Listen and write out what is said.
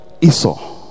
Esau